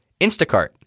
Instacart